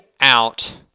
out